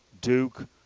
Duke